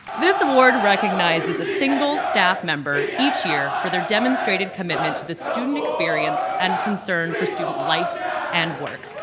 this award recognizes a single staff member each year for their demonstrated commitment to the student experience and concern for student life and work.